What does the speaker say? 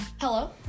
Hello